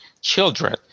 children